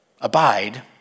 Abide